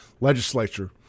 legislature